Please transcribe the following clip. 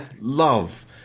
love